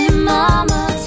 Mama